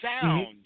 sound